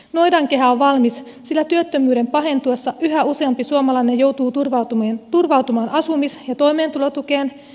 noidankehä on valmis sillä työttömyyden pahentuessa yhä useampi suomalainen joutuu turvautumaan asumis ja toimeentulotukeen